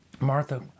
Martha